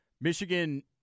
Michigan